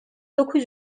dokuz